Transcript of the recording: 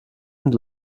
sind